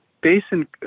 basin